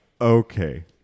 Okay